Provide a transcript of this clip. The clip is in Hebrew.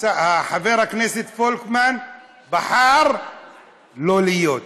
חבר הכנסת פולקמן בחר לא להיות.